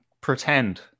pretend